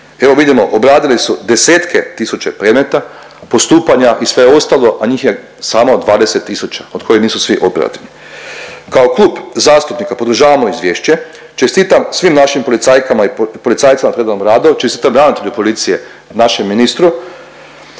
Evo vidimo, obradili su desetke tisuća predmeta, postupanja i sve ostalo, a njih je samo 20 tisuća, od kojih nisu svi operativni. Kao klub zastupnika podržavamo izvješće, čestitam svim našim policajkama i policajcima na predanom radu, čestitam ravnatelju policije, našem ministru.